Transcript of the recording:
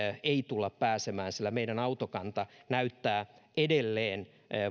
ei tulla pääsemään sillä meidän autokanta näyttää edelleen